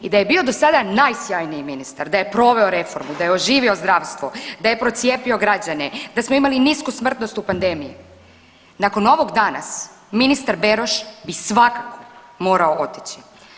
I da je bio dosada najsjajniji ministar, da je proveo reformu, da je oživio zdravstvo, da je procijepio građane, da smo imali nisku smrtnost u pandemiji, nakon ovog danas ministar Beroš bi svakako morao otići.